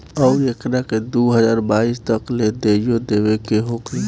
अउरु एकरा के दू हज़ार बाईस तक ले देइयो देवे के होखी